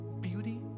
beauty